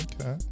Okay